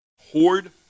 hoard